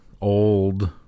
old